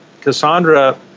Cassandra